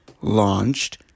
launched